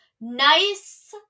Nice